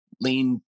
lean